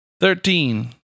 Thirteen